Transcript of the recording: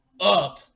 up